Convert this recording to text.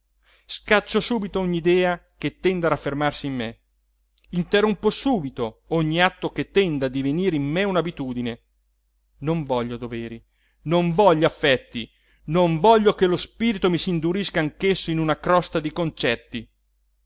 scaccio subito ogni idea che tenda a raffermarsi in me interrompo subito ogni atto che tenda a divenire in me un'abitudine non voglio doveri non voglio affetti non voglio che lo spirito mi s'indurisca anch'esso in una crosta di concetti